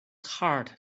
heart